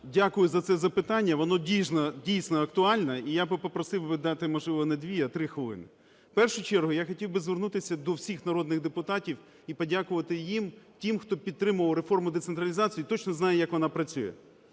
Дякую за це запитання. Воно, дійсно, актуальне, і я би попросив дати, можливо, не 2, а 3 хвилини. В першу чергу я хотів би звернутися до всіх народних депутатів і подякувати їм – тим, хто підтримував реформу децентралізації, точно знає, як вона працює.